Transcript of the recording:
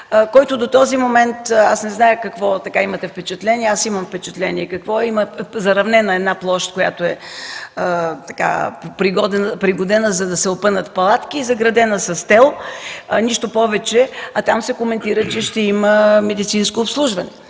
който до този момент – не зная какво впечатление имате, аз имам впечатление какво има – заравнена е една площ, която е пригодена, за да се опънат палатки и заградена с тел. Нищо повече! Коментира се, че там ще има медицинско обслужване.